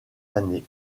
années